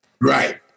right